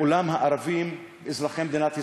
מעולם הערבים אזרחי מדינת ישראל,